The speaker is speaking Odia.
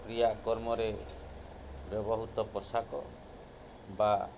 କ୍ରିୟା କର୍ମରେ ବହୁତ ପୋଷାକ ବା